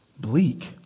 bleak